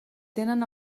tenen